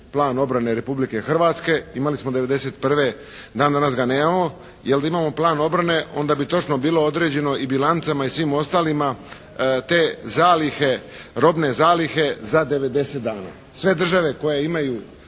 plan obrane Republike Hrvatske. Imali smo 1991. Dan danas ga nemamo. Jer da imamo plan obrane onda bi točno bilo određeno i bilancama i svim ostalima te zalihe, robne zalihe za 90 dana. Sve države koje imaju